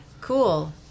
Cool